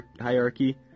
hierarchy